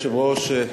אדוני היושב-ראש,